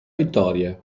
vittoria